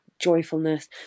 joyfulness